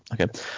okay